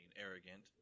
arrogant